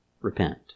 repent